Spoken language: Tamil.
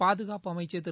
பாதுகாப்பு அமைச்சர் திரு